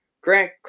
Grant